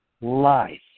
life